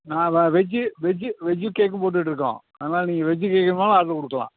நாம் veg veg veg கேக்கும் போட்டுகிட்ருக்கோம் அதனால் நீங்கள் வெஜ்ஜு கேக்கு வேணும்னாலும் ஆட்ரு கொடுக்கலாம்